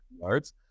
yards